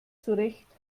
zurecht